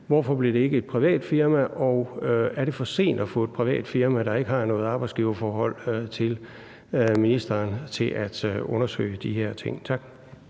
Hvorfor blev det ikke et privat firma? Og er det for sent at få et privat firma, der ikke har noget arbejdsgiverforhold til ministeren, til at undersøge de her ting? Tak.